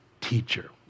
teacher